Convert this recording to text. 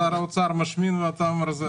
שר האוצר משמין ואתה מרזה.